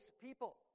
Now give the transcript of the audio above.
people